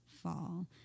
fall